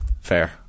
fair